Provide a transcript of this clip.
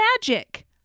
magic